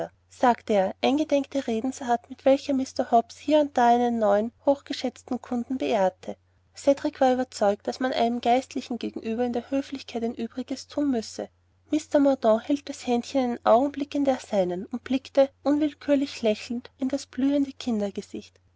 sagte er eingedenk der redensart mit welcher mr hobbs hier und da einen neuen hochgeschätzten kunden beehrte cedrik war überzeugt daß man einem geistlichen gegenüber in der höflichkeit ein übriges thun müsse mr mordaunt hielt das händchen einen augenblick in der seinen und blickte unwillkürlich lächelnd in das blühende